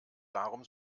darum